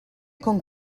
con